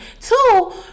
Two